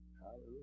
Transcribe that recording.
Hallelujah